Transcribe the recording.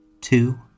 Two